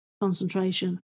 concentration